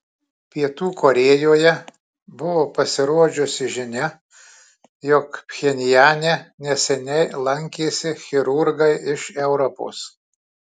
pietų korėjoje buvo pasirodžiusi žinia jog pchenjane neseniai lankėsi chirurgai iš europos